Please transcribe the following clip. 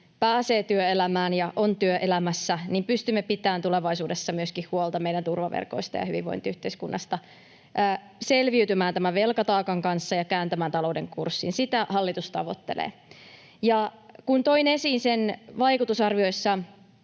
pääsee työelämään ja on työelämässä, niin pystymme pitämään myöskin tulevaisuudessa huolta meidän turvaverkoista ja hyvinvointiyhteiskunnasta, selviytymään tämän velkataakan kanssa ja kääntämään talouden kurssin. Sitä hallitus tavoittelee. Ja kun toin esiin sen vaikutusarvioissa